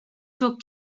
çok